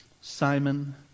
Simon